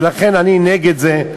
ולכן, אני נגד זה,